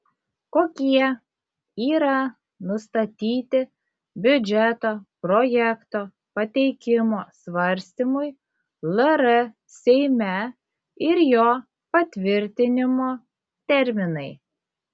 kokie yra nustatyti biudžeto projekto pateikimo svarstymui lr seime ir jo patvirtinimo terminai